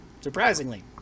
Surprisingly